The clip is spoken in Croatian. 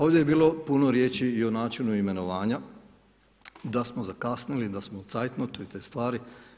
Ovdje je bilo puno riječi i o načinu imenovanja, da smo zakasnili, da smo u ziet-notu i te stvari.